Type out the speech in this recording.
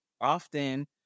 often